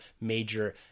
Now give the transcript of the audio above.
major